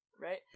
Right